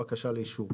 בקשה לאישור)".